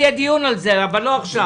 יהיה דיון על זה, אבל לא עכשיו.